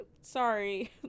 sorry